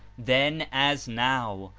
then as now,